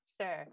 Sure